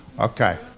Okay